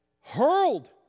hurled